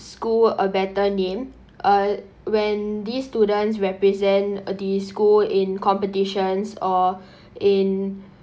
school a better name uh when these students represent the school in competitions or in